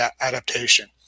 adaptation